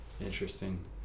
Interesting